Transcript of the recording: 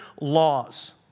laws